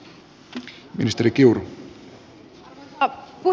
arvoisa puhemies